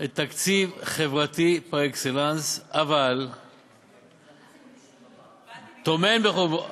זה תקציב חברתי פר-אקסלנס, אבל טומן בחובו,